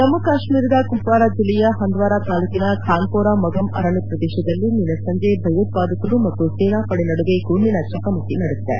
ಜಮ್ಮು ಕಾಶ್ವೀರದ ಕುಪ್ವಾರ ಜಿಲ್ಲೆಯ ಹಂದ್ವಾರಾ ತಾಲೂಕಿನ ಖಾನ್ಮೊರಾ ಮಗಮ್ ಅರಣ್ಯ ಪ್ರದೇಶದಲ್ಲಿ ನಿನ್ನೆ ಸಂಜೆ ಭಯೋತ್ಪಾದಕರು ಮತ್ತು ಸೇನಾ ಪಡೆ ನಡುವೆ ಗುಂಡಿನ ಚಕಮಕಿ ನಡೆದಿದೆ